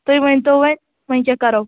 تُہۍ ؤنۍتَو وۅنۍ وۅنۍ کیٛاہ کَرو